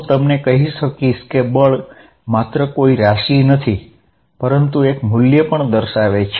હું તમને કહી શકીશ કે બળ માત્ર કોઈ રાશિ નથી પરંતુ એક મૂલ્ય પણ દર્શાવે છે